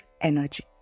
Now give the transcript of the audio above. energy